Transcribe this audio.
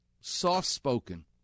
soft-spoken